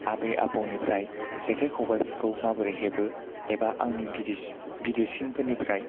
आबै आबौनिफ्राय जेखाय खबायफोरखौ माबोरै हेबो एबा आंनि गिदिर गिदिरसिनफोरनिफ्राय